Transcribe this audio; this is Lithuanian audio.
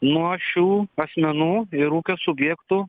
nuo šių asmenų ir ūkio subjektų